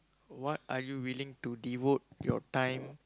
what are you willing to devote your time